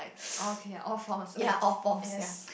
okay all false I yes